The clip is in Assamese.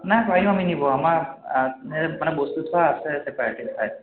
নাই নোৱাৰিম আমি নিব আমাৰ মানে বস্তু থোৱাৰ আছে ছেপাৰেটকে ঠাই